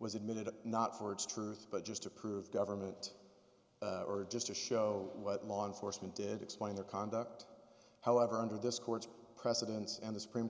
was admitted not for its truth but just to prove government or just to show what law enforcement did explain their conduct however under this court's precedents and the supreme